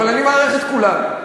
אני מעריך את כולם.